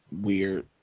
weird